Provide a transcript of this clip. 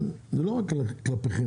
הטענה אינה רק לגבי משרד הבריאות,